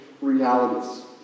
realities